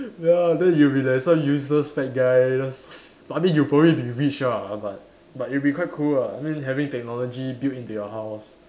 ya then you'll be like some useless fat guy just suddenly you probably be rich ah but but it'll be quite cool lah then having technology built into your house